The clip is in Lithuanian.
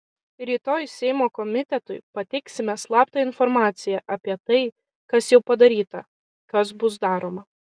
rytoj seimo komitetui pateiksime slaptą informaciją apie tai kas jau padaryta kas bus daroma